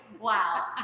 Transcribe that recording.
Wow